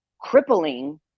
crippling